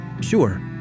Sure